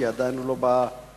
כי הוא עדיין לא בא לסיומו,